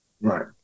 right